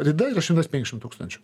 rida yra šimtas penšim tūkstančių